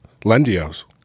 Lendio's